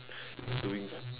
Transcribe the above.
doing